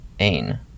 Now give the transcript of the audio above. Ain